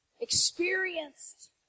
experienced